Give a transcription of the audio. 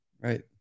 right